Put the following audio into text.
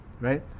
Right